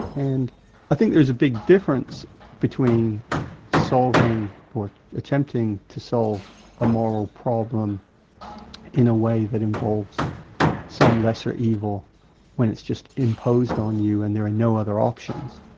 and i think there is a big difference between solving or attempting to solve a moral problem in a way that involves some lesser evil when it is just imposed on you and there are no other options,